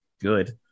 good